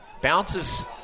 Bounces